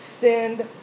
send